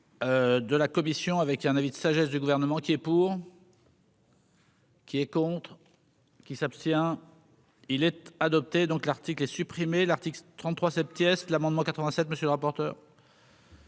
91 la Commission avec un avis de sagesse du gouvernement qui est pour. Qui est contre qui s'abstient, il est adopté, donc, l'article est supprimé, article 35 inquiète le 92, monsieur le rapporteur.